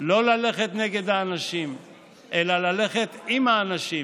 לא ללכת נגד האנשים אלא ללכת עם האנשים